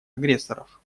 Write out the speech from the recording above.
агрессоров